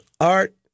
art